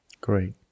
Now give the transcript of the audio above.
Great